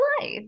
life